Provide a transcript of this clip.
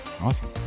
Awesome